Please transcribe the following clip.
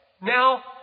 Now